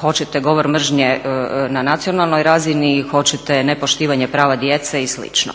hoćete govor mržnje na nacionalnoj razini, hoćete nepoštivanje prava djece i slično.